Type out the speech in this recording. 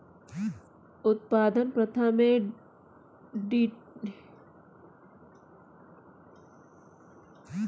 उत्पादन प्रथा में टिलेज़ का उपयोग कर खेत की मिट्टी को तोड़ा जाता है